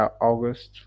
August